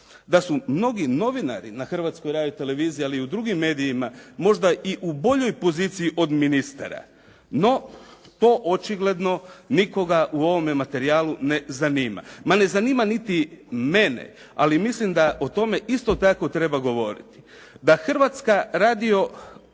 Da su mnogi novinari na Hrvatskoj radio-televiziji ali i u drugim medijima možda i u boljoj poziciji od ministara. No, to očigledno nikoga u ovome materijalu ne zanima. Ma ne zanima niti mene ali mislim da o tome isto tako treba govoriti. Da Hrvatska